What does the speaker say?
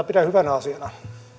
pidän hyvänä asiana